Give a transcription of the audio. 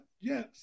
Yes